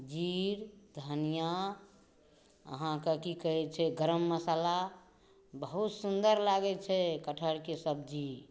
जीर धनिऑं अहाँकेॅं की कहै छै गरम मसाला बहुत सुन्दर लागै छै कटहरके सब्जी